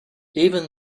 even